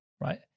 right